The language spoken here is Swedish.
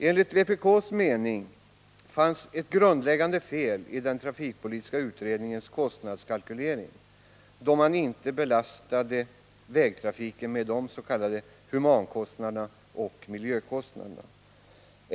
Enligt vpk:s mening fanns ett grundläggande fel i den trafikpolitiska utredningens kostnadskalkylering, då man inte belastade vägtrafiken med de s.k. humankostnaderna och miljökostnaderna.